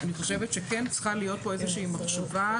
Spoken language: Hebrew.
אני חושבת שכן צריכה להיות פה איזושהי מחשבה,